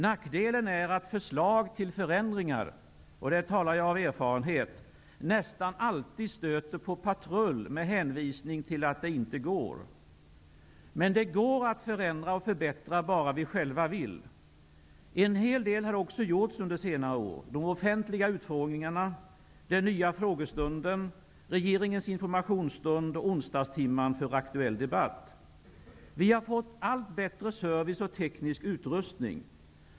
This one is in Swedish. Nackdelen är att förslag till förändringar -- och här talar jag av erfarenhet -- nästan alltid stöter på patrull med hänvisning till att det inte går. Men det går att förändra och förbättra, bara vi själva vill. En hel del har också gjorts under senare år -- de offentliga utfrågningarna, den nya frågestunden, regeringens informationsstund och onsdagstimman för aktuell debatt. Vi har fått allt bättre service och teknisk utrustning.